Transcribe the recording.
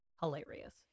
hilarious